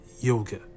yoga